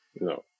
No